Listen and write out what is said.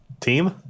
Team